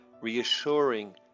reassuring